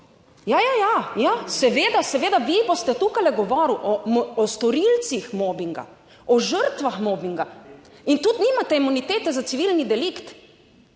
ja, ja, ja, seveda, seveda, vi boste tukaj govoril o storilcih mobinga, o žrtvah mobinga in tudi nimate imunitete za civilni delikt.